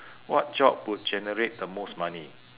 what job would generate the most money